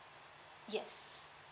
yes